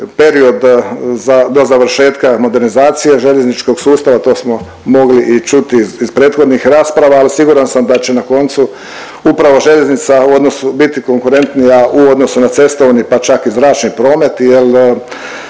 period do završetka modernizacije željezničkog sustava, to smo mogli i čuti iz prethodnih rasprava, al siguran sam da će na koncu upravo željeznica u odnosu biti konkurentnija u odnosu na cestovni pa čak i zračni promet jel